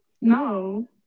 no